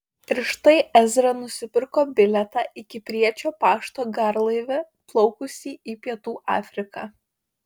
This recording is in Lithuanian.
ir štai ezra nusipirko bilietą į kipriečio pašto garlaivį plaukusį į pietų afriką